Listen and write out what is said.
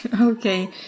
Okay